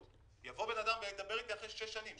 יבוא בן אדם וידבר אתי אחרי שש שנים,